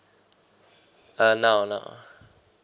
uh now now